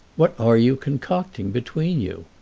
what are you concocting between you?